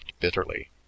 bitterly